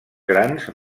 grans